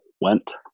went